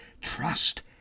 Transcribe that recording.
Trust